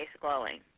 glowing